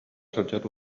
сылдьар